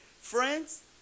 Friends